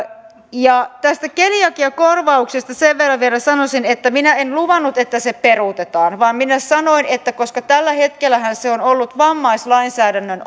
tästä keliakiakorvauksesta sen verran vielä sanoisin että minä en luvannut että se peruutetaan vaan minä sanoin että koska tällä hetkellähän se on ollut vammaislainsäädännön